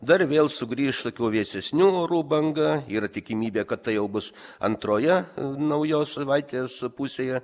dar vėl sugrįš tokių vėsesnių orų banga yra tikimybė kad tai jau bus antroje naujos savaitės pusėje